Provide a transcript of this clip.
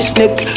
Snake